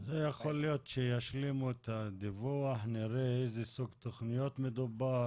אחרי שישלימו את הדיווח נראה באיזה סוג תכניות מדובר.